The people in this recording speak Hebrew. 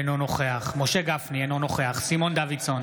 אינו נוכח משה גפני, אינו נוכח סימון דוידסון,